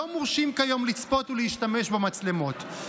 לא מורשים כיום לצפות ולהשתמש במצלמות.